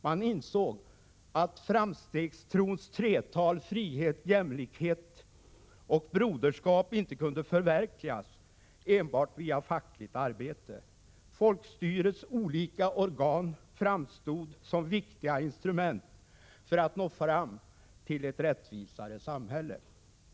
Man insåg att framstegstrons tretal frihet, jämlikhet och broderskap inte kunde förverkligas enbart via fackligt arbete. Folkstyrets olika organ framstod som viktiga instrument för att nå fram till ett rättvisare samhälle.